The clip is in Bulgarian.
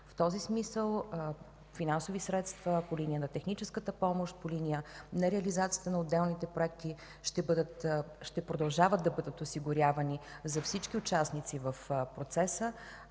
В този смисъл финансови средства по линия на техническата помощ, по линия на реализацията на отделните проекти ще продължават да бъдат осигурявани за всички участници в процеса.